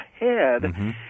ahead